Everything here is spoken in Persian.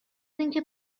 اینکه